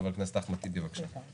חבר הכנסת אחמד טיבי, בבקשה.